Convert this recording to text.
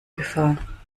gefahr